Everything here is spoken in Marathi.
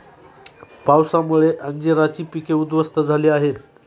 पावसामुळे अंजीराची पिके उध्वस्त झाली आहेत